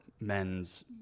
men's